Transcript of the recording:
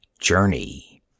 Journey